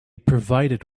provided